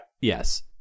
yes